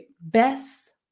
best